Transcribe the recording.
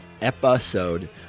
episode